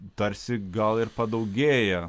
tarsi gal ir padaugėja